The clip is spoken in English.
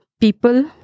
people